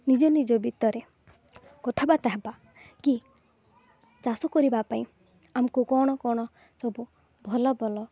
ନିଜ ନିଜ ଭିତରେ କଥାବାର୍ତ୍ତା ହେବା କି ଚାଷ କରିବା ପାଇଁ ଆମକୁ କ'ଣ କ'ଣ ସବୁ ଭଲ ଭଲ